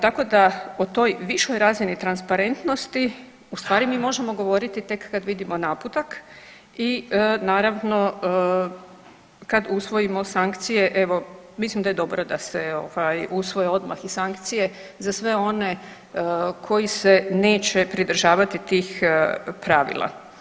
Tako da o toj višoj razini transparentnosti u stvari mi možemo govoriti tek kad vidimo naputak i naravno kad usvojimo sankcije evo mislim da je dobro da se ovaj usvoje odmah i sankcije za sve one koji se neće pridržavati tih pravila.